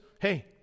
hey